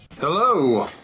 Hello